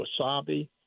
wasabi